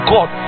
God